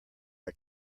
are